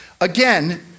Again